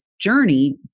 journey